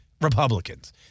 Republicans